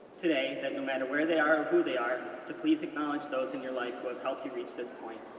today that no matter where they are or who they are, to please acknowledge those in your life who have helped you reach this point.